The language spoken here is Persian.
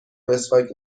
مسواک